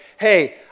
hey